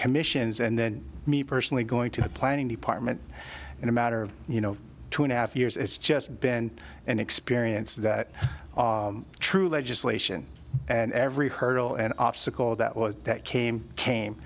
commissions and then me personally going to the planning department in a matter of you know two and a half years it's just been an experience that true legislation and every hurdle and obstacle that was that came